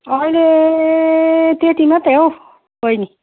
अहिले त्यति मात्रै हौ बहिनी